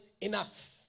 enough